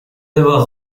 devoir